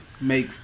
make